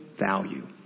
value